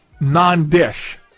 non-dish